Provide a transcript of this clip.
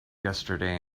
yesterday